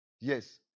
yes